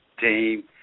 team